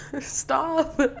Stop